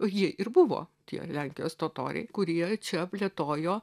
o jie ir buvo tie lenkijos totoriai kurie čia plėtojo